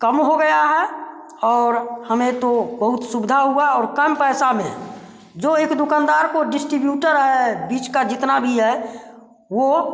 कम हो गया है और हमें तो बहुत सुविधा हुआ और कम पैसा में जो एक दुकानदार को डिस्ट्रीब्यूटर है बीच का जितना भी है वह